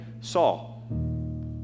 Saul